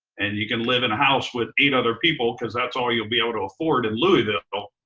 and you can live in a house with eight other people, cause that's all you'll be able to afford in louisville.